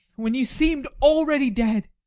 when you seemed already dead.